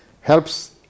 helps